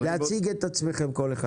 אנא תציגו את עצמכם.